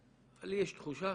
לי יש תחושה